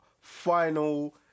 final